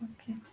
okay